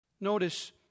Notice